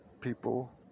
People